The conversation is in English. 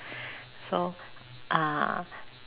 so uh